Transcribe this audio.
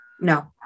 no